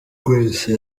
grace